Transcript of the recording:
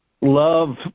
love